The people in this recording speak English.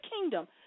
kingdom